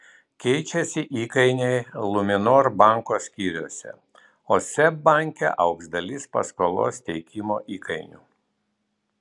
keičiasi įkainiai luminor banko skyriuose o seb banke augs dalis paskolos teikimo įkainių